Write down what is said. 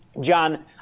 John